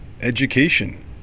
education